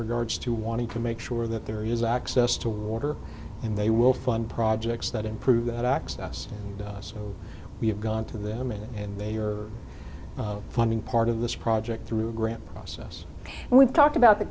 regards to wanting to make sure that there is access to water and they will fund projects that improve that access so we have gone to them and they are funding part of this project through grant process and we've talked about the